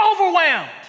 overwhelmed